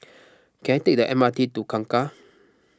can I take the M R T to Kangkar